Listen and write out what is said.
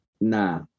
nah